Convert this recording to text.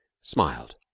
smiled